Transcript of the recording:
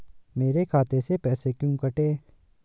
मेरे खाते से पैसे क्यों कटे?